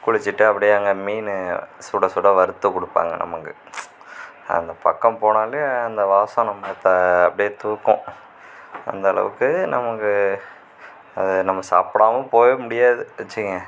குளிச்சிவிட்டு அப்படியே அங்கே மீன் சுடச்சுட வறுத்து கொடுப்பாங்க நமக்கு அந்த பக்கம் போனாலே அந்த வாசம் நம்மை அப்படியே தூக்கும் அந்த அளவுக்கு நமக்கு அதை நம்ம சாப்பிடாம போகவே முடியாது வச்சிக்கொங்க